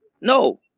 No